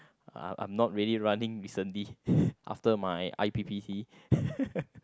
uh I'm not really running recently after my I_p_p_T